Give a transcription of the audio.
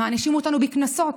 מענישים אותנו בקנסות.